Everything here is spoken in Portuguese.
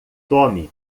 tome